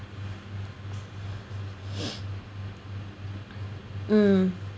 mm